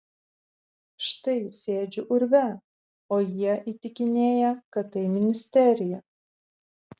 štai sėdžiu urve o jie įtikinėja kad tai ministerija